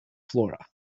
flora